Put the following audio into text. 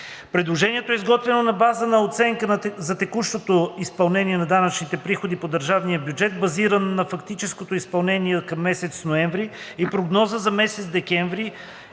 Предложението е изготвено на базата на оценка за текущото изпълнение на данъчните приходи по държавния бюджет, базиран на фактическото изпълнение към месец ноември и прогноза за месец декември,